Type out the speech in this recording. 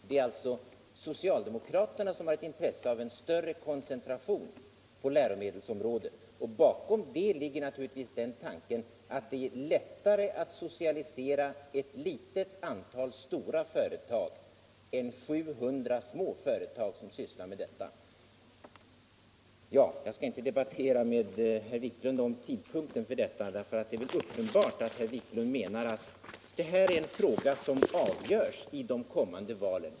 Det är alltså socialdemokraterna som har ett intresse av större koncentration på läromedelsområdet. Bakom det ligger naturligtvis tanken att det är lättare att socialisera ett litet antal stora företag än 700 småföretag som sysslar med denna produktion. Jag skall inte debattera med herr Wiklund om tidpunkten för socialisering — det är uppenbart att herr Wiklund menar att detta är en fråga som avgörs i de kommande valen.